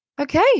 Okay